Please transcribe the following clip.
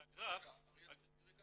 על הגרף --- רגע,